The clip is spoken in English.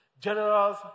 Generals